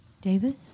David